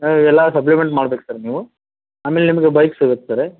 ಹಾಂ ಎಲ್ಲ ಸಬ್ಲಿಮೆಂಟ್ ಮಾಡ್ಬೇಕು ಸರ್ ನೀವು ಆಮೇಲೆ ನಿಮ್ಗೆ ಬೈಕ್ ಸಿಗತ್ತೆ ಸರ